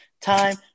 time